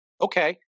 Okay